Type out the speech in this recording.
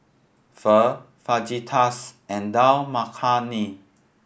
Pho Fajitas and Dal Makhani